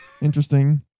interesting